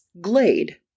Glade